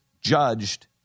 judged